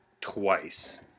twice